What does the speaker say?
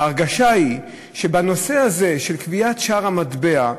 וההרגשה היא שבנושא הזה, של קביעת שער המטבע,